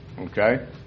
okay